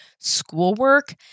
schoolwork